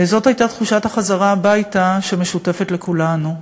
זאת הייתה תחושת החזרה הביתה שמשותפת לכולנו.